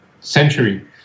century